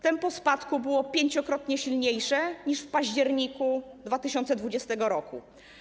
Tempo spadku było pięciokrotnie silniejsze niż w październiku 2020 r.